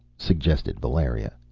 suggested valeria,